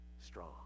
strong